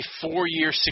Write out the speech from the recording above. four-year